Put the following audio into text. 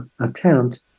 attempt